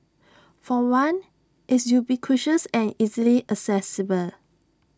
for one it's ubiquitous and easily accessible